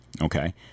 Okay